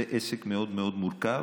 זה עסק מאוד מאוד מורכב,